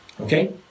Okay